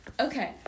Okay